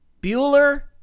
Bueller